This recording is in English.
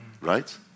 Right